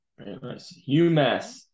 Umass